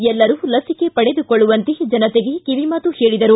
ಎಲ್ಲರೂ ಲಸಿಕೆ ಪಡೆದುಕೊಳ್ಳುವಂತೆ ಜನತೆಗೆ ಕಿವಿಮಾತು ಹೇಳಿದರು